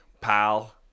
pal